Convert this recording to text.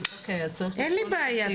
אין לי בעיה,